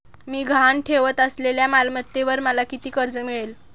मी गहाण ठेवत असलेल्या मालमत्तेवर मला किती कर्ज मिळेल?